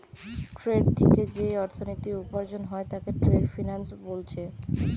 trade থিকে যেই অর্থনীতি উপার্জন হয় তাকে ট্রেড ফিন্যান্স বোলছে